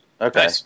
Okay